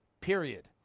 Period